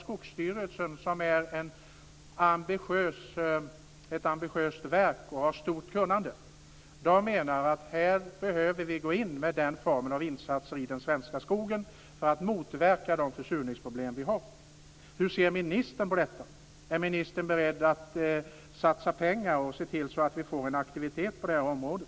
Skogsstyrelsen, som är ett ambitiöst verk och har ett stort kunnande, menar att vi behöver gå in med denna form av insatser i den svenska skogen för att motverka de försurningsproblem vi har. Hur ser ministern på detta? Är ministern beredd att satsa pengar och se till att vi får aktivitet på det här området?